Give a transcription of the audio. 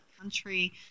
country